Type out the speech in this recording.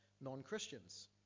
non-Christians